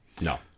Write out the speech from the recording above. No